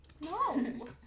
No